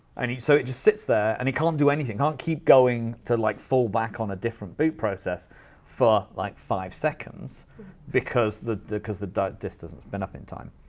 and so it just sits there. and it can't do anything, can't keep going to like, fall back on a different boot process for like five seconds because the because the disk doesn't spin up in time,